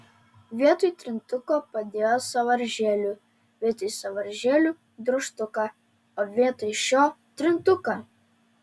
vietoj trintuko padėjo sąvaržėlių vietoj sąvaržėlių drožtuką o vietoj šio trintuką